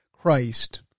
Christ